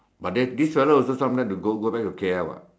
but then this fella also sometime to go back to K L what